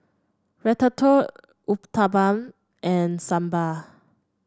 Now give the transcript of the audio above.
Ratatouille Uthapam and Sambar